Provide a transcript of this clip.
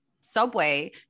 subway